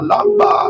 Lamba